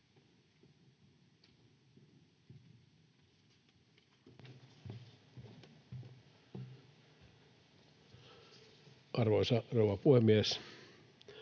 Arvoisa rouva puhemies!